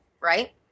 right